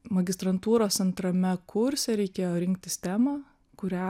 magistrantūros antrame kurse reikėjo rinktis temą kurią